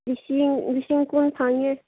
ꯂꯤꯁꯤꯡ ꯂꯤꯁꯤꯡ ꯀꯨꯟ ꯐꯪꯉꯦ